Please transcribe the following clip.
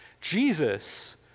Jesus